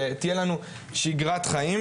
שתהיה לנו שיגרת חיים,